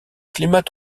climat